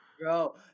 bro